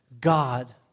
God